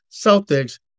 Celtics